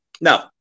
No